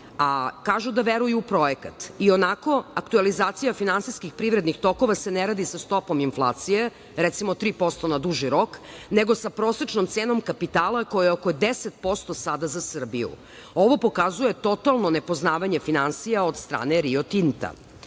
a kažu da veruju u projekat. I onako aktuelizacija finansijskih privrednih tokova se ne radi sa stopom inflacije, recimo 3% na duži rok, nego sa prosečnom cenom kapitala, koja je oko 10% sada za Srbiju. Ovo pokazuje totalno nepoznavanje finansija od strane Rio